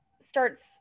starts